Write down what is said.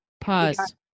Pause